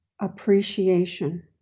appreciation